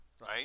right